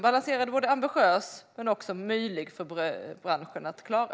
Det är ambitiöst men också möjligt för branschen att klara.